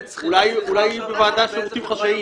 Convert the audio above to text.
למה עובדת שכירה צריכה לומר באיזו חברה היא עובדת?